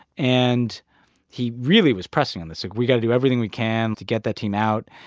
and he really was pressing on this like, we've got to do everything we can to get that team out.